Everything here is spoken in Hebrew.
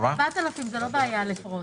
4,000 זו לא בעיה לפרוס.